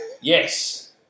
yes